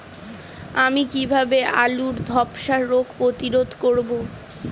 আমি কিভাবে আলুর ধ্বসা রোগ প্রতিরোধ করব?